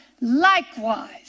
Likewise